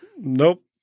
Nope